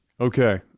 Okay